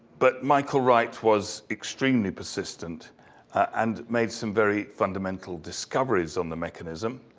but michael wright was extremely persistent and made some very fundamental discoveries on the mechanism,